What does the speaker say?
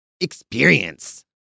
experience